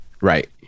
Right